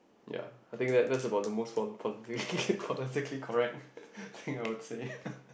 ya I think that that's about the most political~ politically correct thing I would say